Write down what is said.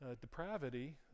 depravity